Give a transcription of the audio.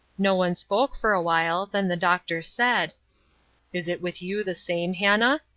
no one spoke for a while then the doctor said is it with you the same, hannah?